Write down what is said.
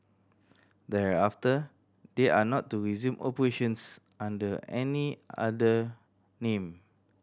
thereafter they are not to resume operations under any other name